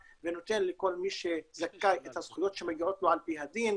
ונותן לכל מי שזכאי את הזכויות שמגיעות לו על פי הדין.